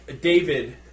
david